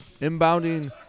Inbounding